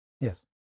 Yes